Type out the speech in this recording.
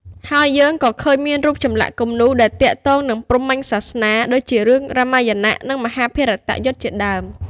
ហើយយើងក៏ឃើញមានរូប ចម្លាក់ គំនូរដែលទាក់ទងនឹងព្រហ្មញ្ញសាសនា ដូចជារឿងរាមាយណៈ និង មហាភារតយុទ្ធ ជាដើម។